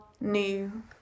new